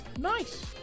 Nice